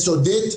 ילדים.